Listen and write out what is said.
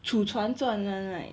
楚传传 [one] right